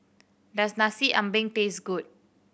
does Nasi Ambeng taste good